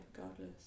regardless